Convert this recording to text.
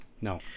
No